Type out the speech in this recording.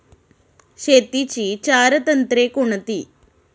शेतीची चार तंत्रे कोणती?